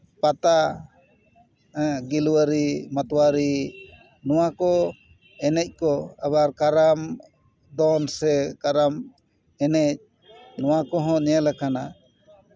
ᱯᱟᱛᱟ ᱜᱮᱞᱣᱟᱨᱤ ᱢᱟᱛᱣᱟᱨᱤ ᱱᱚᱣᱟ ᱠᱚ ᱮᱱᱮᱡ ᱠᱚ ᱟᱵᱟᱨ ᱠᱟᱨᱟᱢ ᱫᱚᱱ ᱥᱮ ᱠᱟᱨᱟᱢ ᱮᱱᱮᱡ ᱱᱚᱣᱟ ᱠᱚᱦᱚᱸ ᱧᱮᱞ ᱟᱠᱟᱱᱟ